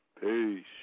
Peace